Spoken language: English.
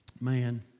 man